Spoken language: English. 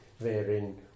therein